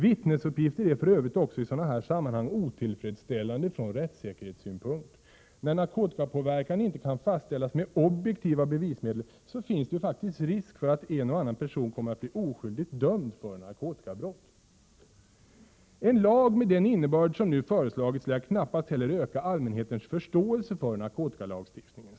Vittnesuppgifter är för övrigt också i sådana här sammanhang otillfredsställande från rättssäkerhetssynpunkt. När narkotikapåverkan inte kan fastställas med objektiva bevismedel finns det risk för att en och annan person kommer att bli oskyldigt dömd för narkotikabrott. En lag med den innebörd som nu föreslagits lär knappast heller öka allmänhetens förståelse för narkotikalagstiftningen.